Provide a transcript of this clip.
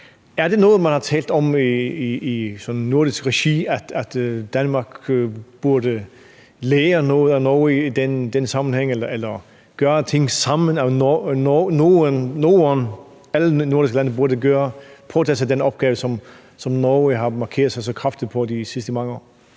Er det noget, man har talt om i nordisk regi, altså at Danmark burde lære noget af Norge i den sammenhæng eller gøre ting sammen? Alle nordiske lande burde påtage sig den opgave, som Norge har markeret sig så kraftigt med de sidste mange år.